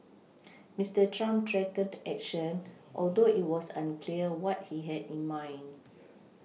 Mister Trump threatened action although it was unclear what he had in mind